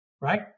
right